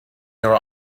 your